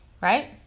right